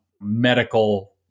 medical